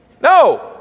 No